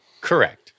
Correct